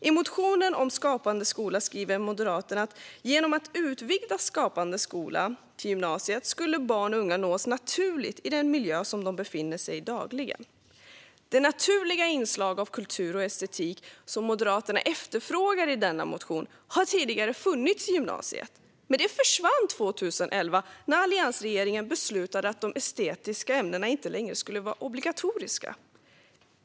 I motionen om Skapande skola skriver Moderaterna att en utvidgning av Skapande skola till gymnasiet skulle innebära att barn och unga nås naturligt, i den miljö där de befinner sig dagligen. Det naturliga inslag av kultur och estetik som Moderaterna efterfrågar i denna motion har tidigare funnits i gymnasiet, men det försvann 2011 när alliansregeringen beslutade att de estetiska ämnena inte längre skulle vara obligatoriska.